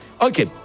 Okay